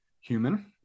human